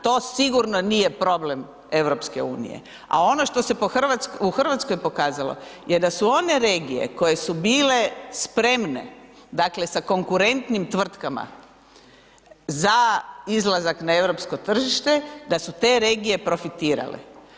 To sigurno nije problem EU, a ono što se u Hrvatskoj pokazalo je da su one regije koje su bile spremne, dakle, sa konkurentnim tvrtkama, za izlazak na EU tržište, da su te regije profitirale.